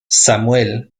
samuel